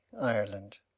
Ireland